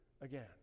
again